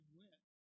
went